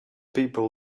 people